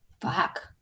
Fuck